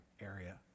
area